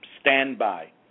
Standby